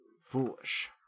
foolish